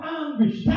anguish